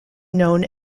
known